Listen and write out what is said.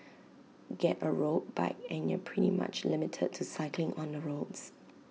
get A road bike and you're pretty much limited to cycling on the roads